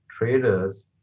traders